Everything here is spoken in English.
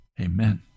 Amen